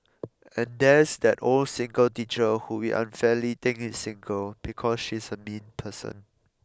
and there's that old single teacher who we unfairly think is single because she's a mean person